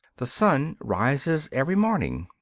the sun rises every morning.